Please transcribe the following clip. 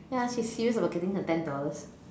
ya she's serious about getting her ten dollars